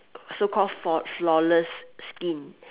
so call flaw~ flawless skin